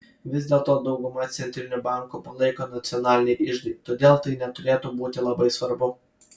vis dėlto daugumą centrinių bankų palaiko nacionaliniai iždai todėl tai neturėtų būti labai svarbu